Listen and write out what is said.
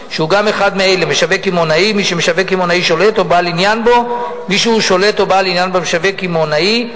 אם משרד החינוך עד אז לא יביא הצעת חוק